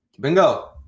Bingo